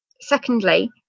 Secondly